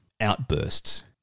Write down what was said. outbursts